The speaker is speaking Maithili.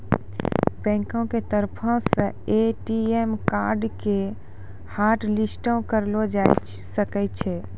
बैंको के तरफो से ए.टी.एम कार्डो के हाटलिस्टो करलो जाय सकै छै